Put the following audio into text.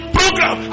program